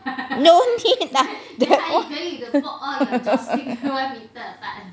don't need lah